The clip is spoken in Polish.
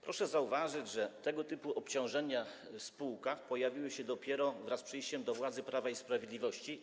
Proszę zauważyć, że tego typu obciążenia w spółkach pojawiły się dopiero z dojściem do władzy Prawa i Sprawiedliwości.